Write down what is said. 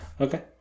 Okay